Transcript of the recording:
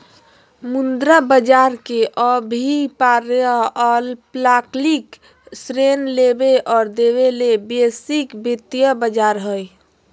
मुद्रा बज़ार के अभिप्राय अल्पकालिक ऋण लेबे और देबे ले वैश्विक वित्तीय बज़ार हइ